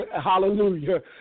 Hallelujah